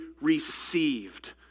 received